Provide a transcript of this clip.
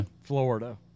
Florida